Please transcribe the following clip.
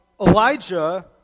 Elijah